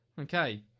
Okay